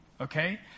okay